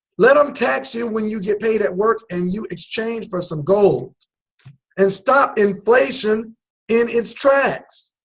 let em tax you when you get paid at work and you exchange for some gold and stop inflation in its tracks.